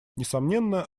несомненно